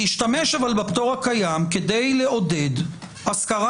אלא להשתמש בפטור הקיים כדי לעודד השכרה